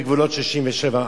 גבולות 1967,